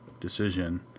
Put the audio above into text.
decision